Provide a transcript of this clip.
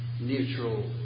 neutral